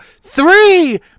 three